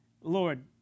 Lord